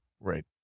Right